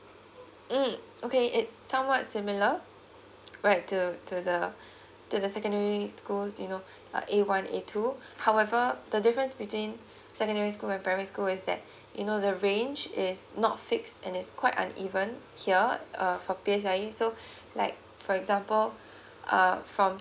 mm okay is somewhat similar right to to the to the secondary schools you know uh A one A two however the difference between secondary school and primary school is that you know the range is not fixed and is quite uneven here uh for P_S_L_E so like for example uh from